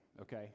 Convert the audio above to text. okay